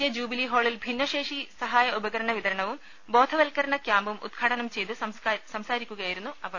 J jubilee ഹാളിൽ ഭിന്നശേഷി സഹായ ഉപകരണ വിതരണവും ബോധവൽക്കരണ ക്യാമ്പും ഉദ്ഘാടനം ചെയ്ത് സംസാരിക്കുകയായിരുന്നു അവർ